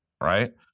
right